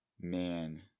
man